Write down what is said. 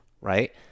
right